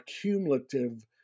cumulative